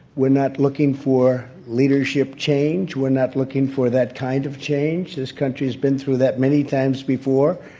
we're not looking for leadership change. we're not looking for that kind of change. this country has been through that many times before.